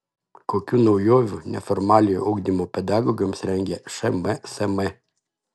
kokių naujovių neformaliojo ugdymo pedagogams rengia šmsm